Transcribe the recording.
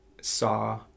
saw